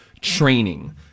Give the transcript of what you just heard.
training